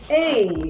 Hey